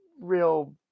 real